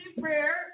prayer